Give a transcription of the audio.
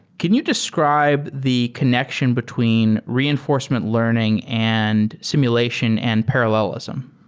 can you describe the connection between reinforcement learning and simulation and parallelism?